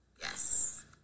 Yes